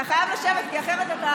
אתה חייב לשבת, כי אחרת אתה